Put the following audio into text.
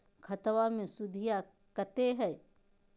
खतबा मे सुदीया कते हय?